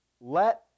Let